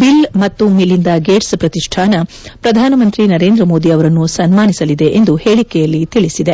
bill ಮತ್ತು Melinda Gates ಪ್ರತಿಷ್ಣಾನ ಪ್ರಧಾನಮಂತ್ರಿ ನರೇಂದ್ರ ಮೋದಿ ಅವರನ್ನು ಸನ್ಯಾನಿಸಲಿದೆ ಎಂದು ಹೇಳಿಕೆಯಲ್ಲಿ ತಿಳಿಸಿದೆ